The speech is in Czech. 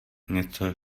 něco